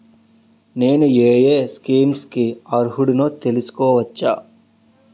నేను యే యే స్కీమ్స్ కి అర్హుడినో తెలుసుకోవచ్చా?